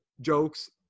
jokes